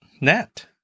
net